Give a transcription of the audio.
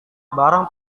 barang